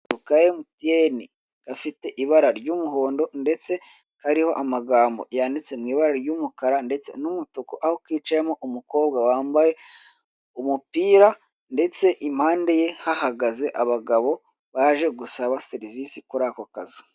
Akazu ka MTN gafite ibara ry'umuhondo ndetse kariho amagambo yanditse mwibara ryumukara ndetse n'umutuku aho kicayemo umukobwa wambaye umupira ndetse impande ye hahagaze abagabo baje gusaba serivise kurako kazu.